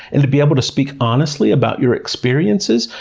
and to be able to speak honestly about your experiences,